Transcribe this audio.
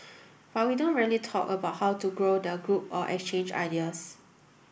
but we don't really talk about how to help grow the group or exchange ideas